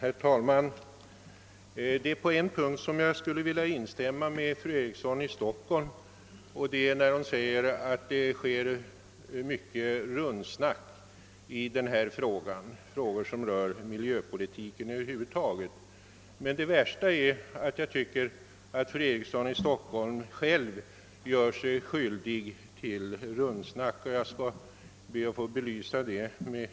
Herr talman! På en punkt skulle jag vilja instämma med fru Eriksson i Stockholm, nämligen när hon säger att det förekommer mycket »rundsnack» i frågor som rör miljöpolitiken över huvud taget. Det värsta är dock att fru Eriksson i Stockholm själv gör sig skyldig till sådant »rundsnack». Jag skall be att få belysa detta med